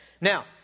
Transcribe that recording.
Now